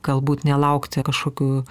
galbūt ne laukti kažkokių